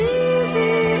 easy